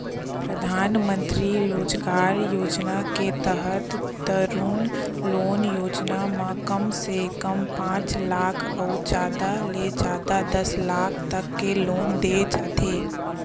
परधानमंतरी रोजगार योजना के तहत तरून लोन योजना म कम से कम पांच लाख अउ जादा ले जादा दस लाख तक के लोन दे जाथे